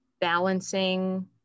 balancing